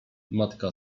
matka